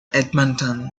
edmonton